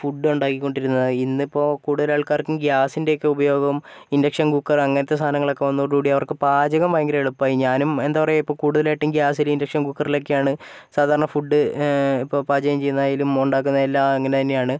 food ഉണ്ടാക്കിക്കൊണ്ടിരുന്നത് ഇന്നിപ്പോൾ കൂടുതലാൾക്കാർക്കും ഗ്യാസിൻ്റെയൊക്കെ ഉപയോഗം ഇൻഡക്ഷൻ കുക്കറ് അങ്ങിനത്തെ സാധനങ്ങളൊക്കെ വന്നതോടുകൂടി അവർക്ക് പാചകം ഭയങ്കര എളുപ്പമായി ഞാനും എന്താ പറയാ ഇപ്പോൾ കൂടുതലായിട്ടും ഗ്യാസിലും ഇൻഡക്ഷൻ കുക്കറിലൊക്കെയാണ് സാധാരണ ഫുഡ് ഇപ്പം പാചകം ചെയ്യുന്നയായാലും ഉണ്ടാക്കുന്നയെല്ലാം അങ്ങിനെത്തന്നെയാണ്